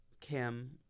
Kim